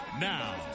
Now